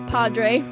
Padre